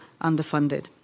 underfunded